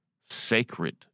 sacred